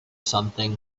something